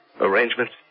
Arrangements